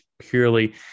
purely